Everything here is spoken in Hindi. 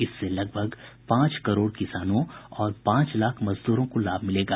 इससे लगभग पांच करोड़ किसानों और पांच लाख मजदूरों को लाभ मिलेगा